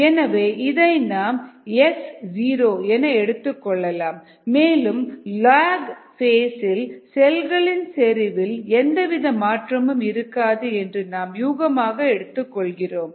எனவே இதை நாம் x0என எடுத்துக்கொள்ளலாம் மேலும் லாக் ஃபேஸ் இல் செல்களின் செறிவில் எந்தவித மாற்றமும் இருக்காது என்று நாம் யூகமாக எடுத்துக் கொள்கிறோம்